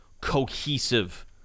cohesive